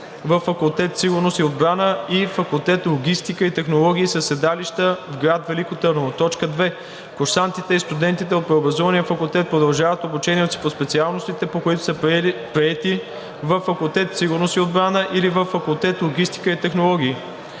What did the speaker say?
във факултет „Сигурност и отбрана“ и факултет „Логистика и технологии“ със седалища в град Велико Търново. 2. Курсантите и студентите от преобразувания факултет продължават обучението си по специалностите, по които са приети, във факултет „Сигурност и отбрана“ или във факултет „Логистика и технологии“.